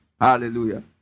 Hallelujah